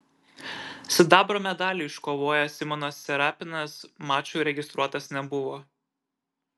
sidabro medalį iškovojęs simonas serapinas mačui registruotas nebuvo